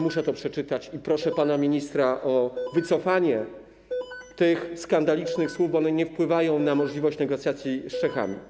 Muszę to przeczytać i proszę pana ministra o wycofanie tych skandalicznych słów, bo one nie wpływają korzystnie na możliwość negocjacji z Czechami.